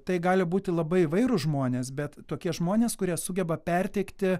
tai gali būti labai įvairūs žmonės bet tokie žmonės kurie sugeba perteikti